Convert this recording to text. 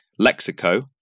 Lexico